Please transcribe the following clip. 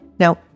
Now